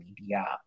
media